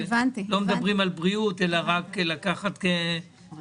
שלא מדברים על בריאות אלא רק על לקחת כסף.